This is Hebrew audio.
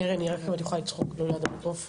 קרן, רק אם את יכולה לצחוק לא ליד המיקרופון.